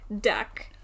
duck